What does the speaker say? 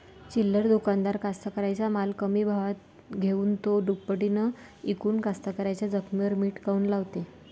चिल्लर दुकानदार कास्तकाराइच्या माल कमी भावात घेऊन थो दुपटीनं इकून कास्तकाराइच्या जखमेवर मीठ काऊन लावते?